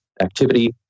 activity